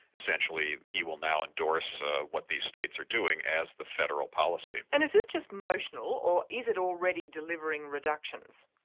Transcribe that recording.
essentially, he will now endorse ah what these states are doing as the federal policy. and is this just notional, or is it already delivering reductions?